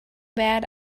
bad